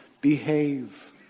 behave